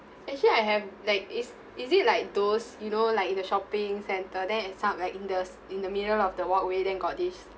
actually I have like is is it like those you know like in the shopping centre then it like in the in the middle of the walkway then got this